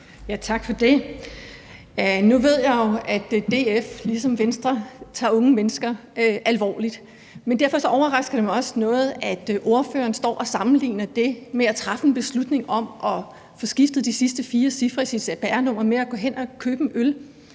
Tak for det. Nu ved jeg jo, af DF ligesom Venstre tager unge mennesker alvorligt, men derfor overrasker det mig også noget, at ordføreren står og sammenligner det at træffe en beslutning om at få skiftet de sidste fire cifre i sit cpr-nummer med at gå hen og købe en